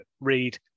read